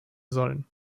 sollen